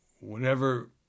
Whenever